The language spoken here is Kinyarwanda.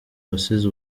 wasize